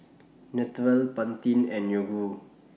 Naturel Pantene and Yoguru